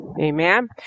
amen